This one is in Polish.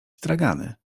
stragany